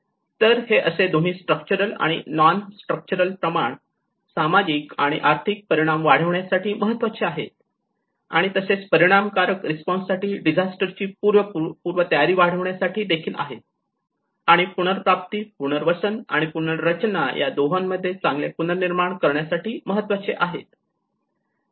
तर हे असे दोन्ही स्ट्रक्चरल आणि नोन स्ट्रक्चरल प्रमाण सामाजिक आणि आर्थिक परिणाम वाढवण्यासाठी महत्त्वाचे आहे आणि तसेच परिणामकारक रिस्पॉन्स साठी डिझास्टर ची पूर्वतयारी वाढवण्यासाठी देखील आहेत आणि पुनर्प्राप्ती पुनर्वसन आणि पुनर्रचना या दोहोंमध्ये चांगले पुनर्निर्माण करण्यासाठी महत्वाचे आहे